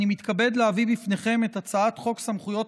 אני מתכבד להביא בפניכם את הצעת חוק סמכויות